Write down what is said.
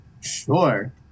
Sure